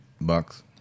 Bucks